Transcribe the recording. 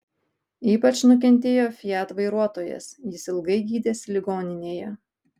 ypač nukentėjo fiat vairuotojas jis ilgai gydėsi ligoninėje